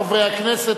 חברי הכנסת,